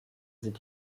sind